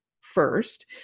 first